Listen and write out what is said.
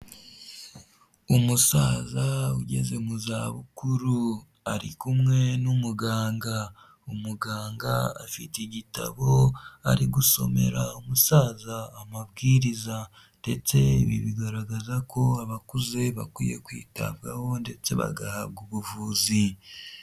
Umusaza ugeze mu za bukuru, ari kumwe n'umuganga, umuganga afite igitabo ari gusomera umusaza amabwiriza, ndetse ibi bigaragaza ko abakuze bakwiye kwitabwaho ndetse bagahabwa ubuvuzi.